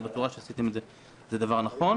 הצורה שעשיתם אותו זה דבר נכון.